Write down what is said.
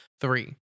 Three